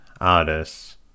artists